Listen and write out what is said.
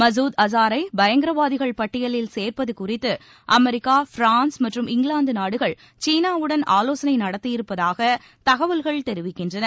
மஞ்த் அஸாரை பயங்கரவாதிகள் பட்டியலில் சேர்ப்பது குறித்து அமெரிக்கா ஃபிரான்ஸ் மற்றும் இங்கிலாந்து நாடுகள் சீனாவுடன் ஆலோசனை நடத்தியிருப்பதாக தகவல்கள் தெரிவிக்கின்றன